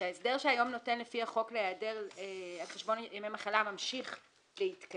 שההסדר שהיום נותן לפי החוק להיעדר על חשבון ימי מחלה ממשיך להתקיים.